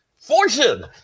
Fortune